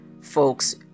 folks